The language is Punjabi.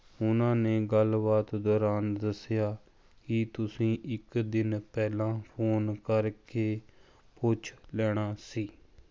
ਉਹਨਾਂ ਨੇ ਗੱਲਬਾਤ ਦੌਰਾਨ ਦੱਸਿਆ ਕਿ ਤੁਸੀਂ ਇੱਕ ਦਿਨ ਪਹਿਲਾਂ ਫ਼ੋਨ ਕਰਕੇ ਪੁੱਛ ਲੈਣਾ ਸੀ